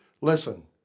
listen